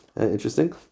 Interesting